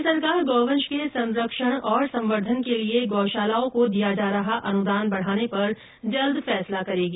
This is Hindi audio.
राज्य सरकार गौवंश के संरक्षण और संवर्द्धन के लिए गौशालाओं को दिया जा रहा अनुदान बढ़ाने पर जल्द फैसला करेगी